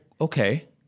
okay